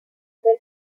del